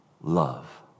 love